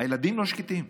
הילדים לא שקטים.